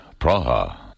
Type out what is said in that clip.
Praha